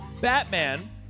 Batman